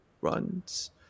runs